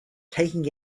taking